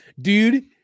dude